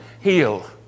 heal